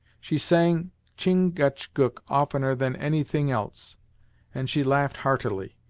she sang chin-gach-gook oftener than any thing else and she laughed heartily,